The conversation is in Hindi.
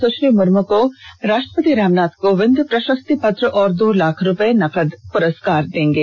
सुश्री मुर्मू को राष्ट्रपति रामनाथ कोबिन्द प्रषस्ति पत्र और दो लाख रूपये नगद देंगे